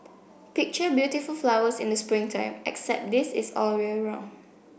picture beautiful flowers in the spring time except this is all year round